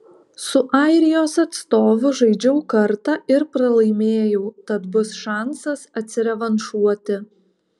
su airijos atstovu žaidžiau kartą ir pralaimėjau tad bus šansas atsirevanšuoti